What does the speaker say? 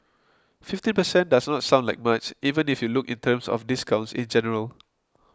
fifteen per cent does not sound like much even if you look in terms of discounts in general